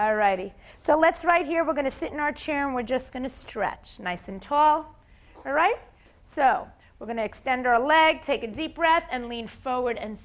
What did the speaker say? all righty so let's right here we're going to sit in our chair we're just going to stretch nice and tall right so we're going to extend our legs take a deep breath and lean forward and